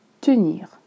Tenir